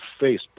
Facebook